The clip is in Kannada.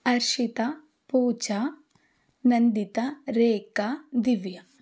ಹರ್ಷಿತಾ ಪೂಜಾ ನಂದಿತಾ ರೇಖಾ ದಿವ್ಯ